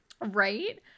right